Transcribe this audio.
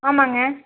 ஆமாம்ங்க